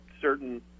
certain